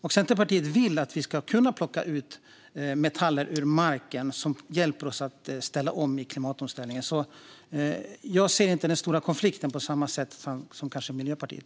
Centerpartiet vill utvinna metaller ur marken som hjälper till i klimatomställningen, och därför ser jag inte samma konflikt som Miljöpartiet.